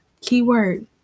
keyword